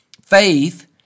Faith